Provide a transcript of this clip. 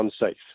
unsafe